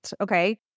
okay